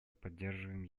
поддерживаем